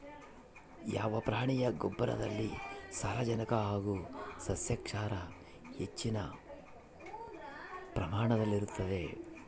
ಯಾವ ಪ್ರಾಣಿಯ ಗೊಬ್ಬರದಲ್ಲಿ ಸಾರಜನಕ ಹಾಗೂ ಸಸ್ಯಕ್ಷಾರ ಹೆಚ್ಚಿನ ಪ್ರಮಾಣದಲ್ಲಿರುತ್ತದೆ?